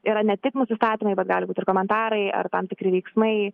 yra ne tik nusistatymai bet gali būti ir komentarai ar tam tikri veiksmai